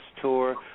tour